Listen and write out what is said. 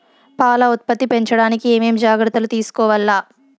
పాల ఉత్పత్తి పెంచడానికి ఏమేం జాగ్రత్తలు తీసుకోవల్ల?